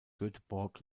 göteborg